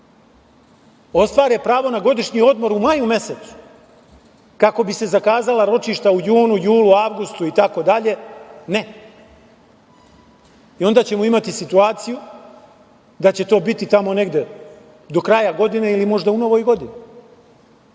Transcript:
ostvare pravo na godišnji odmor u maju mesecu, kako bi se zakazala ročišta u junu, julu, avgustu - ne. I onda ćemo imati situaciju da će to biti tamo negde do kraja godine ili možda u novoj godini. Da